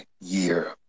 year